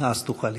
ואז תוכל להתייחס.